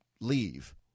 leave